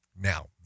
Now